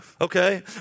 okay